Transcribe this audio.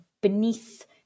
beneath